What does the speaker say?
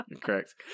correct